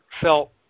felt